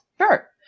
Sure